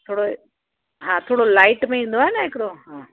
थोरो हा थोरो लाइट में ईंदो आहे न हिकिड़ो हा